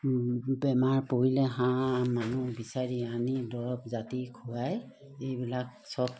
বেমাৰ পৰিলে হাঁহ মানুহ বিচাৰি আনি দৰৱ জাতি খুৱাই এইবিলাক চব